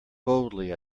boldly